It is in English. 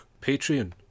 Patreon